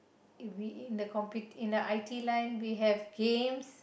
we in the compu~ in the I_T line we have games